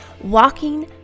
walking